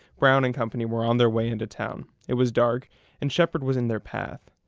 brown and company were on their way into town, it was dark and shepherd was in their path.